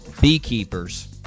beekeepers